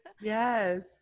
yes